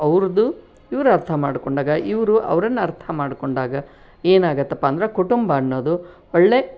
ಅವ್ರದ್ದು ಇವ್ರು ಅರ್ಥ ಮಾಡಿಕೊಂಡಾಗ ಇವರು ಅವ್ರನ್ನು ಅರ್ಥ ಮಾಡಿಕೊಂಡಾಗ ಏನಾಗುತಪ್ಪಾ ಅಂದ್ರೆ ಕುಟುಂಬ ಅನ್ನೋದು ಒಳ್ಳೆ